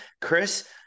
Chris